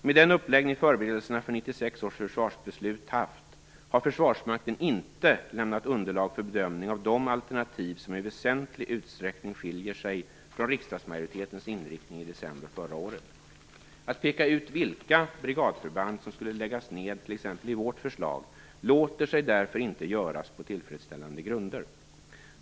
Med den uppläggning som förberedelserna för 1996 års försvarsbeslut haft har Försvarsmakten inte lämnat underlag för bedömning av de alternativ som i väsentlig utsträckning skiljer sig från riksdagsmajoritetens inriktning i december förra året. Att peka ut vilka brigadförband som skulle läggas ned t.ex. i vårt förslag låter sig därför inte göras på tillfredsställande grunder.